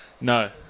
no